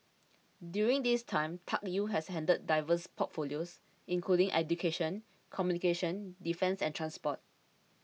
during this time Tuck Yew has handled diverse portfolios including education communications defence and transport